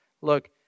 look